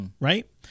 right